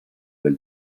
del